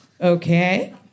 Okay